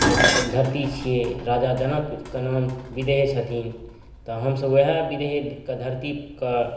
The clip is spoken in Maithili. के धरती छिए राजा जनकके नाम विदेह छथिन तऽ हमसब वएह विदेहके धरतीके